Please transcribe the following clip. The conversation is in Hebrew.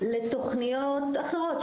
לתוכניות אחרות,